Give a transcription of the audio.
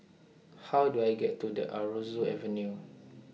How Do I get to The Aroozoo Avenue